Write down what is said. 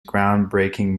groundbreaking